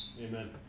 Amen